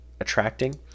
attracting